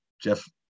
Jeff